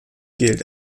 gilt